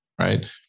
right